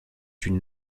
une